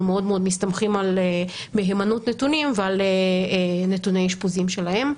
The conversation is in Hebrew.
מאוד מסתמכים על מהימנות נתונים ועל נתוני אשפוזים שלהם.